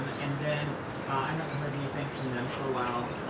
um ah and then i haven't heard anything from them for a while,